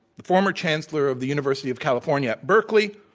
the former chancellor of the university of california berkeley,